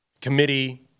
committee